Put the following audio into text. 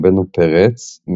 רבנו פרץ,